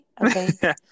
okay